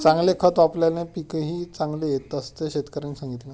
चांगले खत वापल्याने पीकही चांगले येते असे शेतकऱ्याने सांगितले